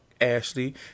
Ashley